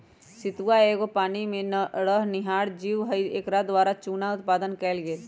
सितुआ एगो पानी में रहनिहार जीव हइ एकरा द्वारा चुन्ना उत्पादन कएल गेल